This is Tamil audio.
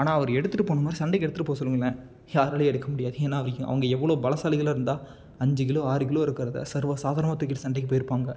ஆனால் அவர் எடுத்துட்டுப் போன மாதிரி சண்டைக்கு எடுத்துட்டுப் போக சொல்லுங்களேன் யாராலும் எடுக்க முடியாது ஏன்னா அவர் எ அவங்க எவ்வளோ பலசாலிகளாக இருந்தால் அஞ்சு கிலோ ஆறு கிலோ இருக்கிறத சர்வ சாதாரணமாக தூக்கிட்டு சண்டைக்கு போய்ருப்பாங்க